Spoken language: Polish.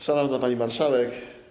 Szanowna Pani Marszałek!